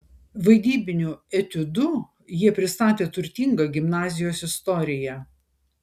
vaidybiniu etiudu jie pristatė turtingą gimnazijos istoriją